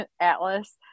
atlas